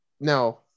no